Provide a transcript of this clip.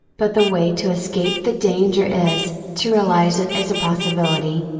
but the way to escape the danger is, to realize it as a possibility,